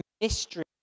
mystery